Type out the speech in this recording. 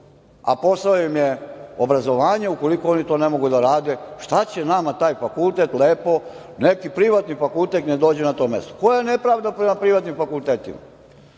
a posao im je obrazovanje, ukoliko oni to ne mogu da rade, šta će nama taj fakultet, lepo neki privatni fakultet nek dođe na to mesto.24/2 MZ/LŽKoja je nepravda prema privatnim fakultetima.